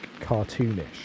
cartoonish